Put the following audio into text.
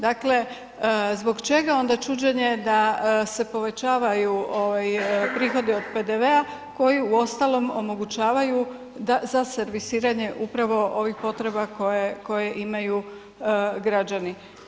Dakle, zbog čega onda čuđenje da se povećavaju ovaj prihodi od PDV-a koji uostalom omogućavaju da, za servisiranje upravo ovih potreba koje imaju građani.